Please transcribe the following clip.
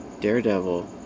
Daredevil